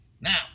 Now